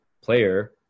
player